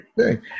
Okay